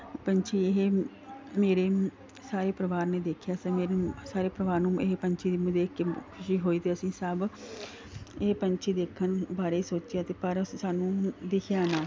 ਪੰਛੀ ਇਹ ਮੇਰੇ ਸਾਰੇ ਪਰਿਵਾਰ ਨੇ ਦੇਖਿਆ ਸੀ ਮੇਰੇ ਸਾਰੇ ਪਰਿਵਾਰ ਨੂੰ ਇਹ ਪੰਛੀ ਦੇਖ ਕੇ ਖੁਸ਼ੀ ਹੋਈ ਅਤੇ ਅਸੀਂ ਸਭ ਇਹ ਪੰਛੀ ਦੇਖਣ ਬਾਰੇ ਸੋਚਿਆ ਅਤੇ ਪਰ ਸਾਨੂੰ ਦਿਖਿਆ ਨਾ